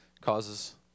causes